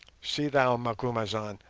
see thou, macumazahn,